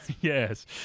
Yes